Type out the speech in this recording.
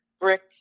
brick